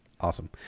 Awesome